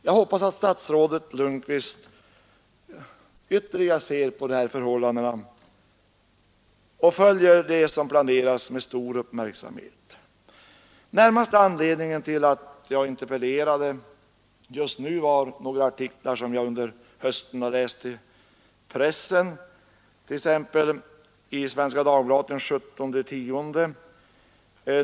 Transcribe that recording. Jag hoppas att statsrådet Lundkvist ytterligare ser på dessa förhållanden och med stor uppmärksamhet följer vad som planeras. Närmaste anledningen till att jag interpellerade just nu är några artiklar som jag under hösten läst i pressen, t.ex. i Svenska Dagbladet för den 17 oktober.